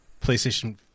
PlayStation